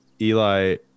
Eli